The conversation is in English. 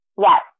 Yes